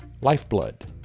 lifeblood